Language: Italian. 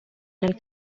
nel